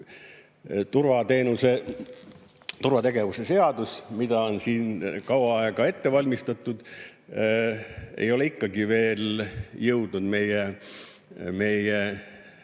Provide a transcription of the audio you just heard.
See turvategevuse seadus, mida on siin kaua aega ette valmistatud, ei ole ikkagi veel jõudnud meie